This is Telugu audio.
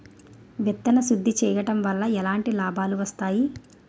విత్తన శుద్ధి చేయడం వల్ల ఎలాంటి లాభాలు వస్తాయి?